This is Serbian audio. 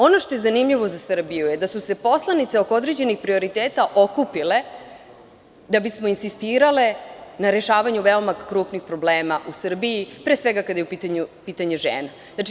Ono što je zanimljivo za Srbiju je da su se poslanice oko određenih prioriteta okupile da bismo insistirale na rešavanju veoma krupnih problema u Srbiji, pre svega kada je u pitanju pitanje žena.